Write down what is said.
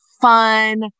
fun